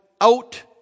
Out